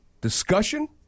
discussion